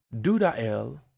Dudael